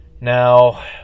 Now